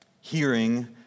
hearing